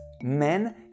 men